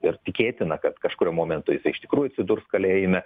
ir tikėtina kad kažkuriuo momentu jisai iš tikrųjų atsidurs kalėjime